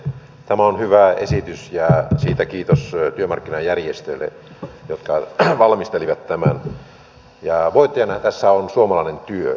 tämä on hyvä esitys ja siitä kiitos työmarkkinajärjestöille jotka valmistelivat tämän ja voittajanahan tässä on suomalainen työ